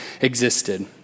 existed